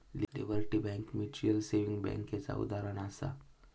liberty bank mutual saving बैंकेचा उदाहरणं आसा